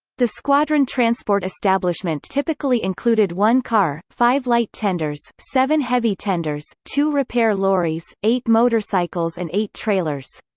the squadron transport establishment typically included one car, five light tenders, seven heavy tenders, two repair lorries, eight motorcycles and eight trailers.